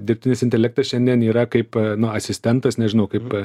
dirbtinis intelektas šiandien yra kaip nu asistentas nežinau kaip